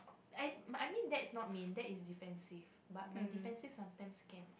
I but I mean that is not mean that is defensive but my defensive sometimes can